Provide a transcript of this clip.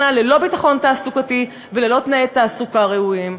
ללא ביטחון תעסוקתי וללא תנאי תעסוקה ראויים.